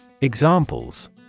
Examples